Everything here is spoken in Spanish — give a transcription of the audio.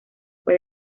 fue